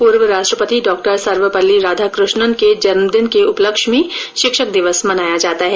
पूर्व राष्ट्रपति डॉक्टर सर्वपल्ली राधाकृष्णन के जन्मदिन के उपलक्ष्य में शिक्षक दिवस मनाया जाता है